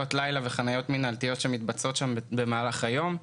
לילה וחניות מנהלתיות שמתבצעות שם במהלך היום.